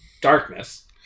darkness